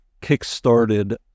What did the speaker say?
kick-started